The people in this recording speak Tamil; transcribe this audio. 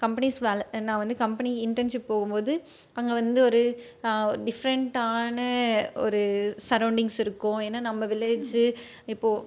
கம்பெனிஸ் வேலை நான் வந்து கம்பெனி இன்டன்ஷிப் போகும்போது அங்கே வந்து ஒரு டிஃப்ரெண்ட்டான ஒரு சரவுண்டிங்ஸ் இருக்கும் ஏன்னா நம்ம வில்லேஜி இப்போது